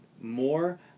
more